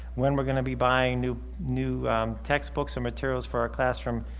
when we're going to be buying new new textbooks or materials for our classroom,